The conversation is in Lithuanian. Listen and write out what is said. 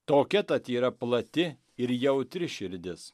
tokia tat yra plati ir jautri širdis